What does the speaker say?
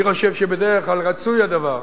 אני חושב שבדרך כלל רצוי הדבר,